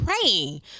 praying